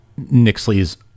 Nixley's